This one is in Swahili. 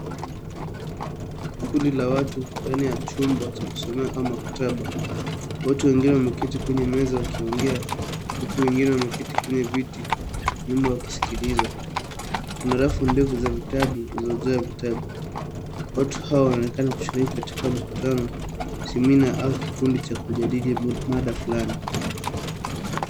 Kundi la watu ndani ya chumba kusomea au maktaba. Watu wengine wameketi kwenye meza wakiongea, huku wengine wameketi kwenye viti nyuma wakisikiliza. Kuna rafu ndefu za vitabu zilizojaa vitabu. Watu hawa wanaonekana kushiriki katika mkutano, semina au kikundi cha kujadili mada fulani.